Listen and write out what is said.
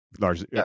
large